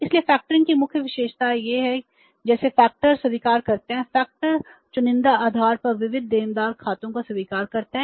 इसलिए फैक्टरिंग की मुख्य विशेषताएं यहां हैं जैसे फैक्टर में विभाजित करता है